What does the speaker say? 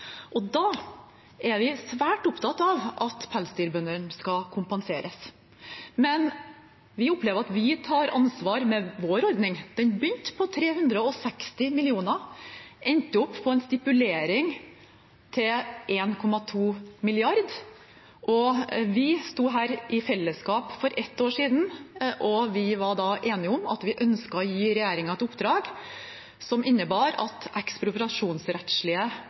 og da er vi svært opptatt av at pelsdyrbøndene skal kompenseres. Vi opplever at vi tar ansvar med vår ordning. Den begynte på 360 mill. kr og endte opp på en stipulering på 1,2 mrd. kr. Vi sto her i fellesskap for ett år siden, og vi var da enige om at vi ønsket å gi regjeringen et oppdrag som innebar at